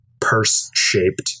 purse-shaped